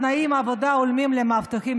תנאי עבודה הולמים למאבטחים,